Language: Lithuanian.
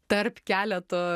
tarp keleto